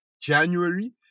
January